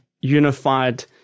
unified